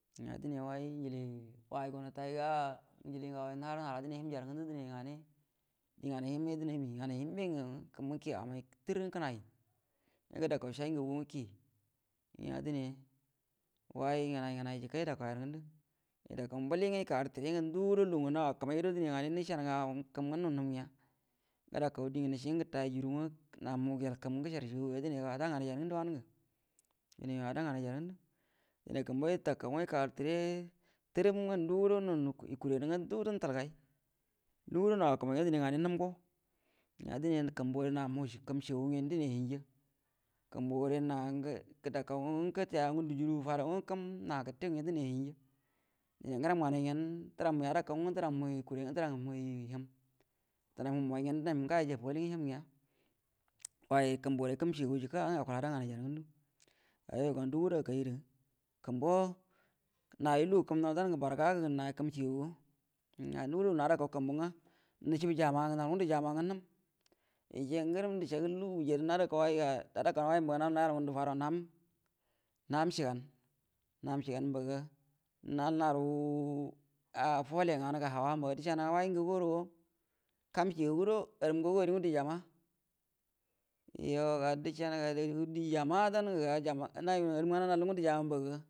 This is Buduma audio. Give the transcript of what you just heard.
Nganay way guntay ga nilie ngaguay nahara nahaa dənay hienja rə ngundə dənay nganay, nganay həmyedənami nganay hiembe kəm ngwə kie amay tər ngwə kənay ngə gədaikau siey ngagungwə kie gəa dənay way ŋnay gnay jəkə yə da kauya dənay, yədakau mbali agua yəka gərə təre ngwə, duguəro lugu naw akəmay guəro dənay nganay yəcəanəga au kəm ngwə nu nhəm gəa, gadakau gajeu nganacie congə gəyel kəm ngwə gəcəar dənay ada nganay ya rə ngəndə wanə ngə, dənay yu ada nganay rə ya dənay kumbuə yətaku ngwə yəka gəra təre turum ngwə ndugurro kure nu ngwə ndu gurrə nu hətal gay, ndi guəro naw akəmay ngwə nhem go ga dənay kumbuə gəre na muə kəm cəgagu, yu dənay hienja, kumbuə gəro gəda kwugwə gətay a ngundu dənay juru rə fauda kəm na gəte gyen dənay hiemnja, dənay ngəram nganay gyen dəram mburu yadar kun gnwə dəram mburu denay muhu moyay gyen denay mu gawo yəcəabagahigə həm gəa, way rə kumbuə ay gərə kəm cəagagu dənay ada nganay akulja ngəndə, jəkə rə wanəngə akula ada nganay yarə ngəndə ga yuoyu ga ndu guəro akay gərə kumbuə, narə lugu kəm aaw dauna barga gə kəm cəagagu’a, ga ndugudo lugu ngə nada kau kumbu ngwə, nəcəabu jama’a, naru ngundə dəcəa hujjadə nadau kau way ga, nadakau way mbaga nay nayal ngunda fada ga hau cəagan, naham cəagan mbaga, na’a naruə fole nganu ga hawa mbaga, decəana ga way ngagu guəro kam cəagagu guəro, arrəm ngagu arrie ngundu jama’a yuoga dəcəanəga, də jama’a, dan a ga jama’a, najugu arrəm nganə ga narie ngundə jama’a mba ga.